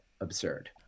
absurd